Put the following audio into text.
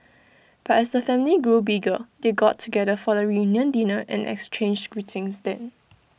but as the family grew bigger they got together for the reunion dinner and exchanged greetings then